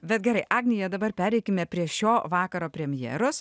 bet gerai agnija dabar pereikime prie šio vakaro premjeras